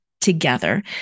together